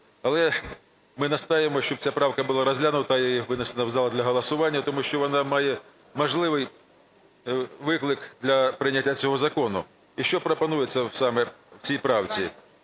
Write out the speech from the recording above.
Але ми настоюємо, щоб ця правка була розглянута і винесена в зал для голосування. Тому що вона має важливий виклик для прийняття цього закону. І що пропонується саме в цій правці.